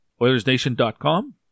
OilersNation.com